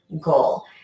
goal